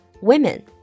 women